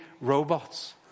robots